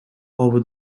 over